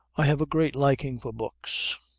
i have a great liking for books.